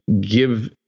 give